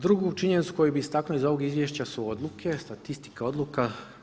Drugu činjenicu koju bih istaknuo iz ovog izvješća su odluke, statistika odluka.